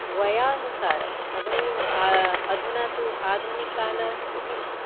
वयोनुसारम् अधुना अधुना तु आधुनिककालः अस्ति खलु